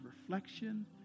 reflection